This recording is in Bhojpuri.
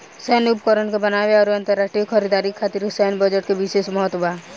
सैन्य उपकरण के बनावे आउर अंतरराष्ट्रीय खरीदारी खातिर सैन्य बजट के बिशेस महत्व बा